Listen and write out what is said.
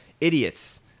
idiots